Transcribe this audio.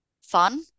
fun